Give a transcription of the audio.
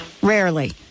Rarely